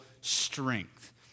strength